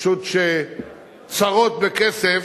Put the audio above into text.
פשוט שצרות בכסף,